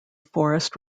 forest